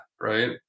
Right